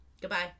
Goodbye